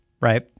Right